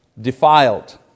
defiled